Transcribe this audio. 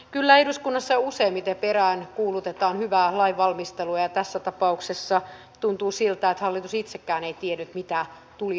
kyllä eduskunnassa useimmiten peräänkuulutetaan hyvää lainvalmistelua ja tässä tapauksessa tuntuu siltä että hallitus itsekään ei tiennyt mitä tuli oikein päätettyä